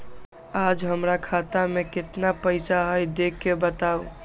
आज हमरा खाता में केतना पैसा हई देख के बताउ?